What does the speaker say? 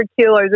kilos